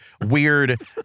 weird